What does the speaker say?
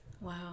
Wow